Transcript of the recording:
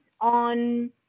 on